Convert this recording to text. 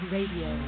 Radio